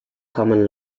common